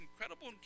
incredible